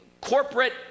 corporate